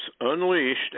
unleashed